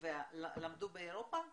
למדו באירופה?